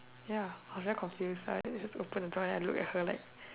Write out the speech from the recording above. ya I was very confused like just open the door then I look at her like